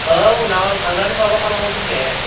औ उनाव आं थांनानै माबा खालाम हरगोन दे